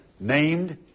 named